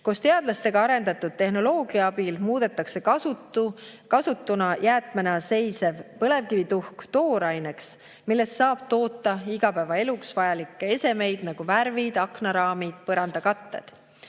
Koos teadlastega arendatud tehnoloogia abil muudetakse kasutu jäätmena seisev põlevkivituhk tooraineks, millest saab toota igapäevaeluks vajalikke esemeid, nagu värvid, aknaraamid, põrandakatted.